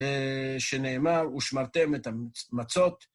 שנאמר, ושמרתם את המצות.